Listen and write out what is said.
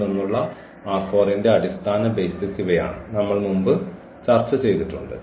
ൽ നിന്നുള്ള ന്റെ അടിസ്ഥാന ബെയ്സിസ് ഇവയാണ് നമ്മൾ മുമ്പ് ചർച്ച ചെയ്തിട്ടുണ്ട്